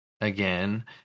again